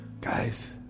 Guys